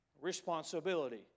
responsibility